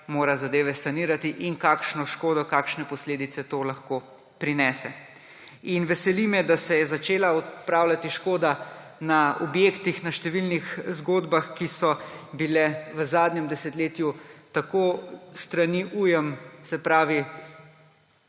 mora zadeve sanirati, in kakšno škodo, kakšne posledice to lahko prinese. Veseli me, da se je začela odpravljati škoda tako na objektih, na številnih zgodbah, kjer je bila v zadnjem desetletju s strani ujm povzročena